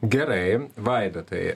gerai vaidotai